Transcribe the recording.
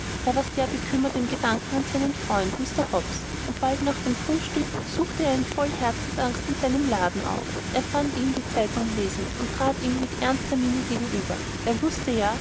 er war sehr bekümmert im gedanken an seinen freund mr hobbs und bald nach dem frühstück suchte er ihn voll herzensangst in seinem laden auf er fand ihn die zeitung lesend und trat ihm mit ernster miene gegenüber er wußte ja